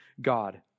God